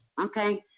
Okay